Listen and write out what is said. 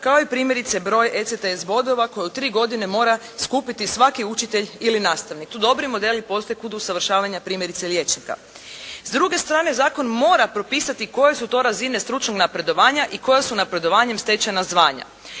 kao i primjerice broj ECTS bodova koji u tri godine mora skupiti svaki učitelj ili nastavnik. Tu dobri modeli postoje kod usavršavanja primjerice liječnika. S druge strane, zakon mora propisati koje su to razine stručnog napredovanja i koja su napredovanjem stečena zvanja.